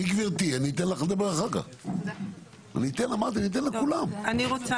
אני רוצה